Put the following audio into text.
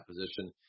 position